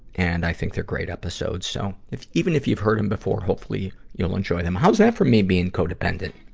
and i think they're great episodes. so, if, even if you've heard em before, hopefully you'll enjoy them. how's that for me being codependent,